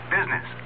Business